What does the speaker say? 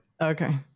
Okay